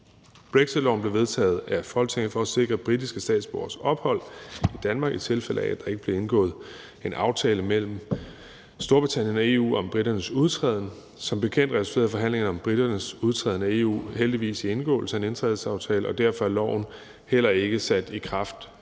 Brexitborgerloven blev vedtaget af Folketinget for at sikre britiske statsborgeres ophold i Danmark, i tilfælde af at der ikke blev indgået en aftale mellem Storbritannien og EU om briternes udtræden. Som bekendt resulterede forhandlingerne om briternes udtræden af EU heldigvis i indgåelse af en udtrædelsesaftale, og derfor er loven heller ikke sat i kraft